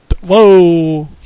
Whoa